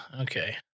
Okay